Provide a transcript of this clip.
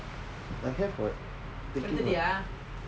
I have what